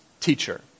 teacher